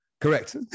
Correct